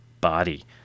body